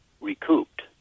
recouped